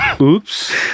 Oops